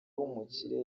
w’umukire